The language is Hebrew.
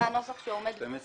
זה הנוסח שעומד כאן.